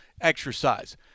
exercise